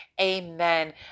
Amen